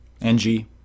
NG